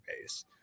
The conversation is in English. base